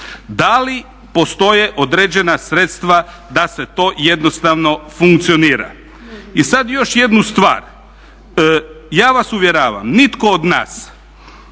Da li postoje određena sredstva da to jednostavno funkcionira? I sad još jednu stvar, ja vas uvjeravam, nitko od nas